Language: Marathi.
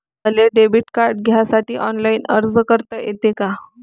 मले डेबिट कार्ड घ्यासाठी ऑनलाईन अर्ज करता येते का?